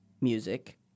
music